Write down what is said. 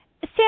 Sam